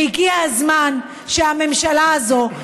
והגיע הזמן שהממשלה הזאת,